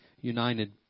united